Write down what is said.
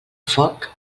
foc